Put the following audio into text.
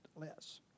less